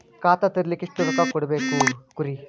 ಖಾತಾ ತೆರಿಲಿಕ ಎಷ್ಟು ರೊಕ್ಕಕೊಡ್ಬೇಕುರೀ?